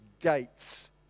gates